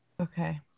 Okay